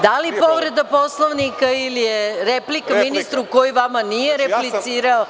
Da li povreda Poslovnika, ili je replika ministru, koji vama nije replicirao?